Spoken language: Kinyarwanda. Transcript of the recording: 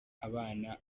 abana